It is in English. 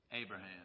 Abraham